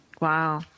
wow